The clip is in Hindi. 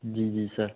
जी जी सर